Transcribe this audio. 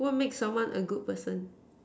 what make someone a good person